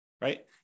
right